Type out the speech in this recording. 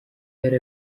yari